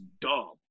dumb